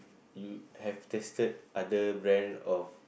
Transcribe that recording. you have tested other brand of